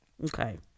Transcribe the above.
Okay